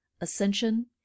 ascension